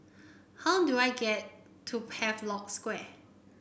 how do I get to Havelock Square